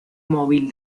móvil